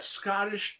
Scottish